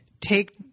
take